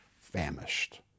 famished